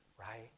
right